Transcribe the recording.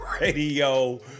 Radio